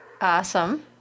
Awesome